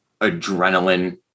adrenaline